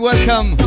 Welcome